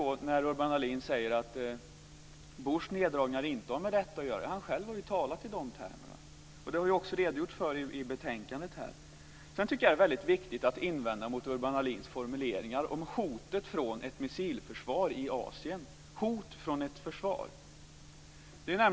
Urban Ahlin säger att Bush neddragningar inte har med detta att göra. Han har själv talat i de termerna. Det har ni också redogjort för i betänkandet. Jag tycker att det är väldigt viktigt att invända mot Urban Ahlins formuleringar om hotet från ett missilförsvar i Asien - hot från ett försvar!